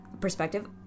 Perspective